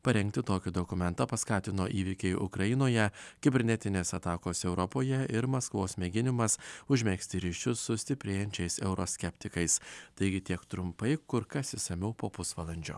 parengti tokį dokumentą paskatino įvykiai ukrainoje kibernetinės atakos europoje ir maskvos mėginimas užmegzti ryšius su stiprėjančiais euroskeptikais taigi tiek trumpai kur kas išsamiau po pusvalandžio